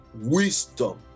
wisdom